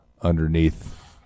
underneath